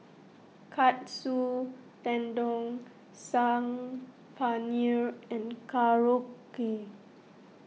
Katsu Tendon Saag Paneer and Korokke